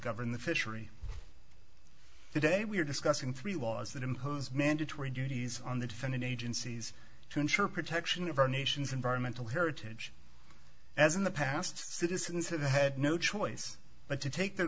govern the fishery today we are discussing three laws that impose mandatory duties on the defendant agencies to ensure protection of our nation's environmental heritage as in the past citizens have had no choice but to take the